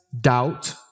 doubt